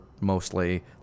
mostly